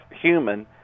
human